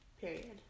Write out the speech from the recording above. period